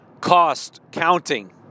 cost-counting